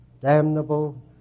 damnable